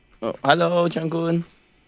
oh hello Chang Gun